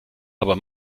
aber